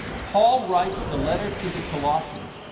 paul writes the letter to the colossians.